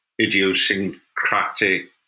idiosyncratic